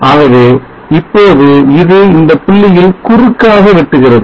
ஆகவே இப்போது இது இந்தப் புள்ளியில் குறுக்காக வெட்டுகிறது